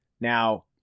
Now